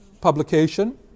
publication